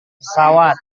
pesawat